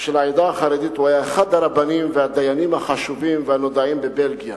של העדה החרדית הוא היה אחד הרבנים והדיינים החשובים והנודעים בבלגיה,